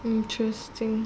interesting